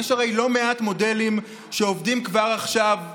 יש הרי לא מעט מודלים שעובדים כבר עכשיו בעולם.